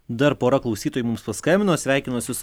dar pora klausytojų mums paskambino sveikinuosi su